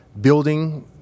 building